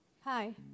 Hi